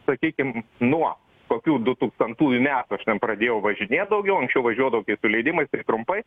sakykim nuo kokių du tūkstantųjų metų aš ten pradėjau važinėt daugiau anksčiau važiuodavo tik su leidimais ir trumpai